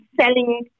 selling